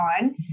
on